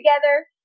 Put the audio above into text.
together